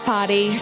Party